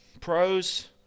Pros